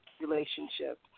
relationship